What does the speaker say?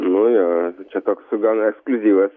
nu jo toks gan ekskliuzyvas